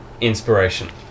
inspiration